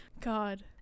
God